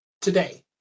Today